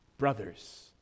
brothers